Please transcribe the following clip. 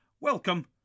Welcome